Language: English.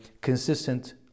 consistent